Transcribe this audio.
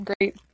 great